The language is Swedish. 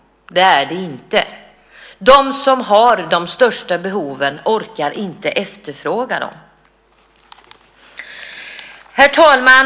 Det är det inte. De som har de största behoven orkar inte efterfråga dem. Herr talman!